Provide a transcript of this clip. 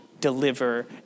deliver